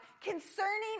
concerning